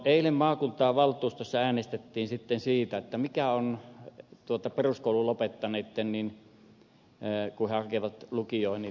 eilen maakuntavaltuustossa äänestettiin siitä mikä on ensisijaisten hakijoiden määrä kun haetaan lukioon